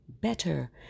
better